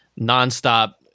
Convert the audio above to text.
nonstop